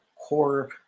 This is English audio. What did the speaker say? core